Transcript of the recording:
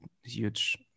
huge